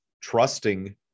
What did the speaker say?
Trusting